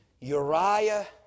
Uriah